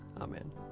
Amen